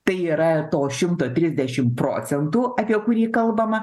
tai yra to šimto trisdešim procentų apie kurį kalbama